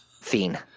Fiend